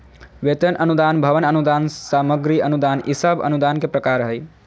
वेतन अनुदान, भवन अनुदान, सामग्री अनुदान ई सब अनुदान के प्रकार हय